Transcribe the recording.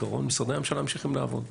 בעיקרון משרדי הממשלה ממשיכים לעבוד.